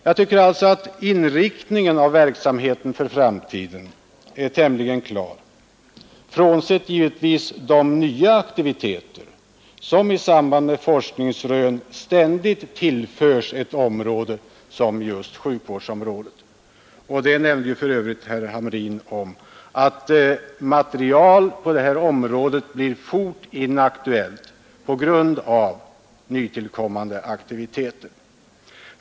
Jag tycker att inriktningen av verksamheten för framtiden är tämligen klar, givetvis frånsett de nya aktiviteter som i samband med forskningsrön ständigt tillförs ett område som sjukvården. Som herr Hamrin i Kalmar nämnde blir också materialet på detta område fort inaktuellt på grund av nytillkommande aktiviteter.